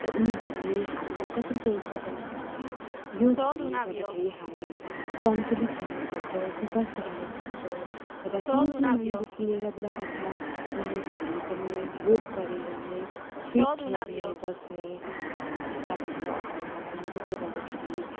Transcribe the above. र उनीहरूले हामीलाई कसरी प्रेरित गर्छन् भने योगहरूले गर्दाखेरि हामी सन्तुलित रहन सक्छौँ सुस्वास्थ रहन सक्छौँ र सानो सानो नानीदेखि लिएर बुढापाका मानिसहरूले पनि योग गरेर नै फिट रहने बस्ने साधनहरू अपनाउँछन् त्यसले गर्दाखेरि